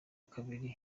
kabiri